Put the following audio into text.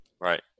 Right